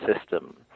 system